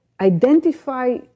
identify